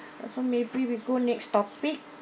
uh so maybe we go next topic